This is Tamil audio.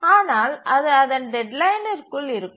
ஆனால் அது அதன் டெட்லைனிற்குள் இருக்கும்